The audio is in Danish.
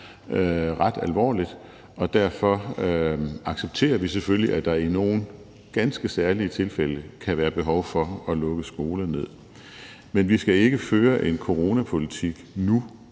ret alvorligt, og derfor accepterer vi selvfølgelig, at der i nogle ganske særlige tilfælde kan være behov for at lukke skoler ned. Men vi skal ikke føre en coronapolitik nu,